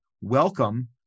welcome